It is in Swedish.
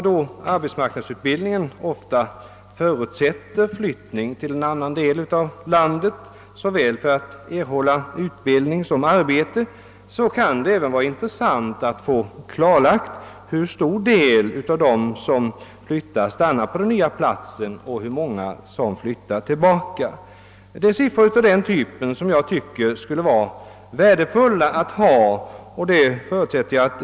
Då arbetsmarknadsutbildningen ofta förutsätter flyttning till annan del av landet, såväl för att erhålla utbildning som för att erhålla arbete, kan det även vara intressant att få veta hur stor del av dem som flyttar som stannar på den nya platsen och hur många som flyttar tillbaka. Det är siffror rörande dessa förhållanden som det enligt min mening vore värdefullt att ha tillgång till.